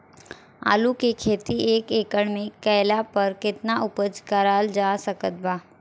आलू के खेती एक एकड़ मे कैला पर केतना उपज कराल जा सकत बा?